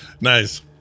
Nice